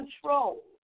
control